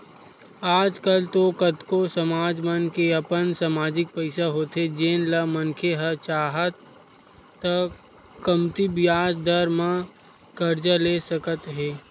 आज कल तो कतको समाज मन के अपन समाजिक पइसा होथे जेन ल मनखे ह चाहय त कमती बियाज दर म करजा ले सकत हे